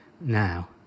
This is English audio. now